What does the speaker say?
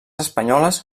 espanyoles